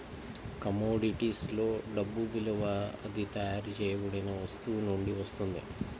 commodities లో డబ్బు విలువ అది తయారు చేయబడిన వస్తువు నుండి వస్తుంది